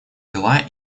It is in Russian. дела